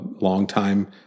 longtime